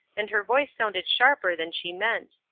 and her voice sounded sharper than she meant.